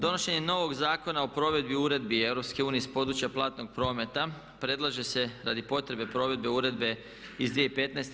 Donošenje novog Zakona o provedbi uredbi EU s područja platnog prometa predlaže se radi potrebe provedbe uredbe iz 2015.